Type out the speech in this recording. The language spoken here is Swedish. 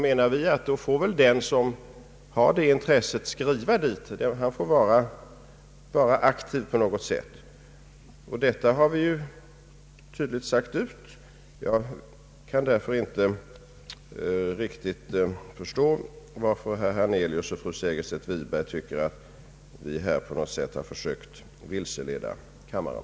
Sedan får väl den person som är intresserad vända sig dit — han får vara aktiv på något sätt. Detta har vi tydligt sagt ut, och jag kan därför inte riktigt förstå varför herr Hernelius och fru Segerstedt Wiberg tycker att vi försökt vilseleda kammaren.